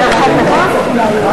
בעד, 7, נגד,